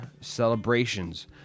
celebrations